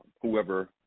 whoever